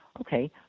Okay